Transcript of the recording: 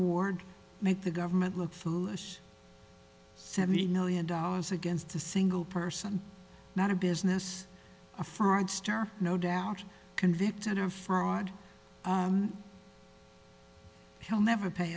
award make the government look foolish seventy million dollars against a single person not a business a fraudster no doubt convicted of fraud he'll never pay